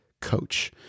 coach